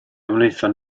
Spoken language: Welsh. wnaethon